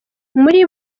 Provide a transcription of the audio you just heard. muri